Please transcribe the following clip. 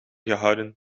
gehouden